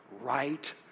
right